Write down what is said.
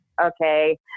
okay